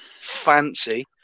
fancy